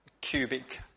cubic